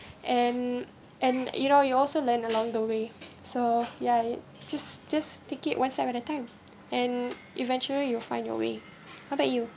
and and you know you also learn along the way so ya it just just take it one step at a time and eventually you will find your way how about you